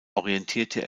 orientierte